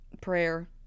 prayer